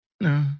No